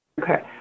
okay